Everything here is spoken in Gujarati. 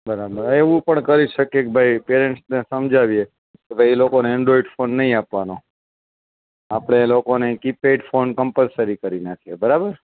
બરાબર એવું પણ કરી શકીએ કે ભાઈ પેરેન્ટ્સને સમજાવીએ કે ભાઈ એ લોકોને એન્ડ્રોઇડ ફોન નહી આપવાનો આપડે એ લોકોને કીપેડ ફોન કંપલસરી કરી નાખીએ બરાબર